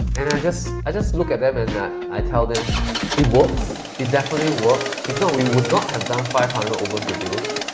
i just look at them and i tell them it works, it definately works, if not we would not have done five hundred over videos,